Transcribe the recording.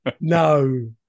no